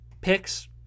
picks